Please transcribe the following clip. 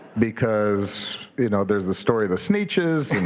because you know there's the story of the sneetches.